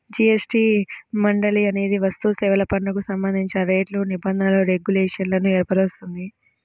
GST మండలి అనేది వస్తుసేవల పన్నుకు సంబంధించిన రేట్లు, నిబంధనలు, రెగ్యులేషన్లను ఏర్పరుస్తుంది